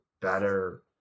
better